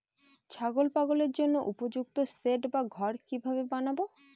ছাগল পালনের জন্য উপযুক্ত সেড বা ঘর কিভাবে বানাবো?